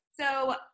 So-